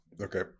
Okay